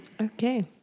Okay